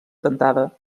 dentada